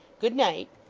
good night